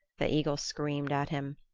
the eagle screamed at him.